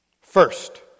First